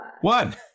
One